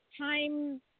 time